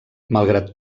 malgrat